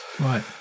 Right